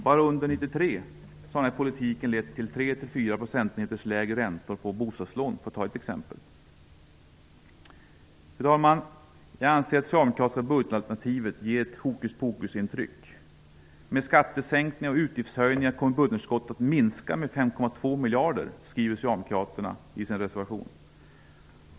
Bara under 1993 har denna politik lett till 3--4 procentenheter lägre räntor på bostadslån, för att ta ett exempel. Fru talman! Jag anser att det socialdemokratiska budgetalternativet ger ett hokus-pokus-intryck. Med skattesänkningar och utgiftshöjningar kommer budgetunderskottet att minska med 5,2 miljarder, skriver socialdemokraterna i sin reservation.